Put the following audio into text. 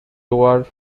lower